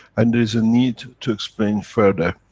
and there is a need to explain further,